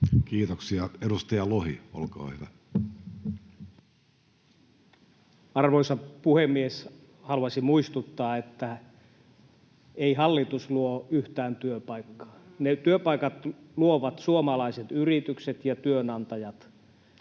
Time: 15:43 Content: Arvoisa puhemies! Haluaisin muistuttaa, että ei hallitus luo yhtään työpaikkaa. Ne työpaikat luovat suomalaiset yritykset ja työnantajat.